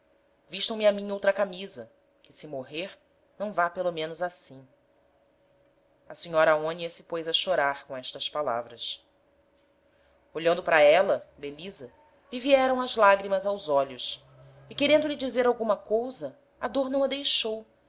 vistam me a mim outra camisa que se morrer não vá pelo menos assim a senhora aonia se pôs a chorar com estas palavras olhando para éla belisa lhe vieram as lagrimas aos olhos e querendo lhe dizer alguma cousa a dôr não a deixou